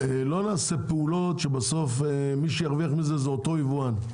אנחנו לא נעשה פעולות שבסוף מי שירוויח מזה זה אותו יבואן,